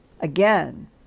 again